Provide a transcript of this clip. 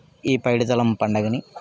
ఈ పైడితల్లమ్మ పండుగని